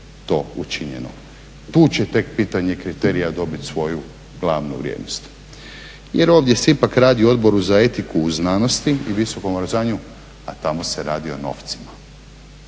to učinjeno. Tu će tek pitanje kriterija dobiti svoju glavnu vrijednost jer ovdje se ipak radi o Odboru etiku znanosti i visokog obrazovanja, a tamo se radi o novcima